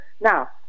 Now